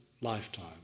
lifetime